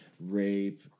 rape